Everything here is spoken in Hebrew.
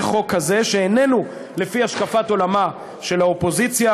חוק שאיננו לפי השקפת עולמה של האופוזיציה,